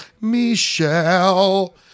Michelle